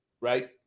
right